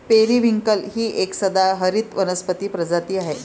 periwinkle ही एक सदाहरित वनस्पती प्रजाती आहे